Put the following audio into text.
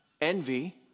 envy